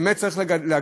ובאמת צריך להגיד,